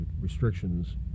restrictions